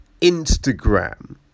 Instagram